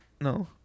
No